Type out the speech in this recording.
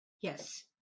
Yes